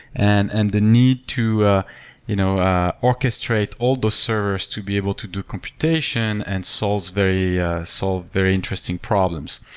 and and the need to ah you know ah orchestrate all the servers to be able to do computation and solve very ah solve very interesting problems.